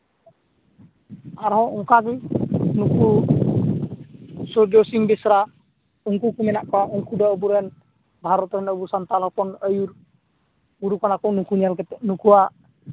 ᱟᱨᱦᱚᱸ ᱚᱝᱠᱟ ᱜᱮ ᱱᱩᱠᱩ ᱥᱩᱨᱡᱚ ᱥᱤᱝ ᱵᱮᱥᱨᱟ ᱩᱝᱠᱩ ᱠᱚ ᱢᱮᱱᱟᱜ ᱠᱚᱣᱟ ᱩᱝᱠᱩ ᱫᱚ ᱟᱵᱚᱨᱮᱱ ᱵᱷᱟᱨᱚᱛ ᱨᱮᱱ ᱟᱵᱚ ᱥᱟᱱᱛᱟᱞ ᱦᱚᱯᱚᱱ ᱟᱹᱭᱩᱨ ᱜᱩᱨᱩ ᱠᱟᱱᱟ ᱠᱚ ᱱᱩᱠᱩ ᱧᱮᱞ ᱠᱟᱛᱮᱫ ᱱᱩᱠᱩᱣᱟᱜ